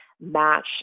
match